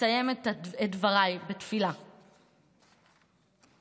אסיים את דבריי בתפילה: תודה,